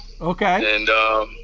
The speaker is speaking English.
Okay